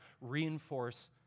reinforce